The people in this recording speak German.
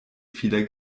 vieler